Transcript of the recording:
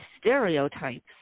stereotypes